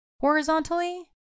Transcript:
horizontally